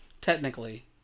technically